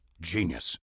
Genius